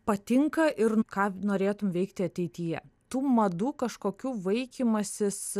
patinka ir ką norėtum veikti ateityje tų madų kažkokių vaikymasis